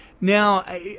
now